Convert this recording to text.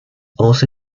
also